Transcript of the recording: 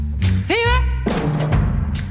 Fever